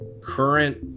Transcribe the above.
current